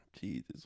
Jesus